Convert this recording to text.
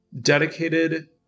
dedicated